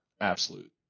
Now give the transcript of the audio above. absolute